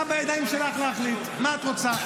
עכשיו בידיים שלך להחליט מה את רוצה: